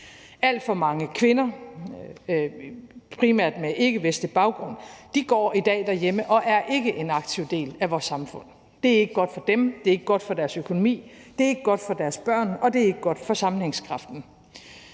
Alt for mange kvinder, primært med ikkevestlig baggrund, går i dag derhjemme og er ikke en aktiv del af vores samfund. Det er ikke godt for dem, det er ikke godt for deres økonomi, det er ikke godt for deres børn, og det er ikke godt for sammenhængskraften.